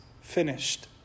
finished